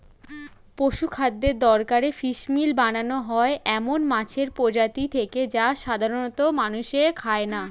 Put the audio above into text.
পশুখাদ্যের দরকারে ফিসমিল বানানো হয় এমন মাছের প্রজাতি থেকে যা সাধারনত মানুষে খায় না